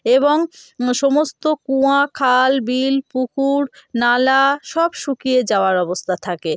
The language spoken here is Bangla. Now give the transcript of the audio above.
এবং সমস্ত কুঁয়া খাল বিল পুকুর নালা সব শুকিয়ে যাওয়ার অবস্থা থাকে